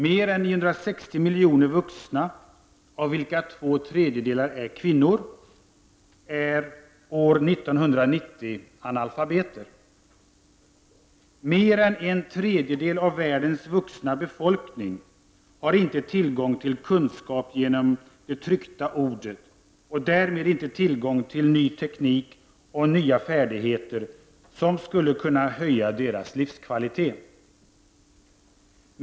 Mer än 960 miljoner vuxna, av vilka två tredjedelar är kvinnor, är år 1990 analfabeter. Mer än en tredjedel av världens vuxna befolkning har inte tillgång till kun skap genom det tryckta ordet och därmed inte tillgång till ny teknik och nya färdigheter som skulle kunna höja deras livskvalitet.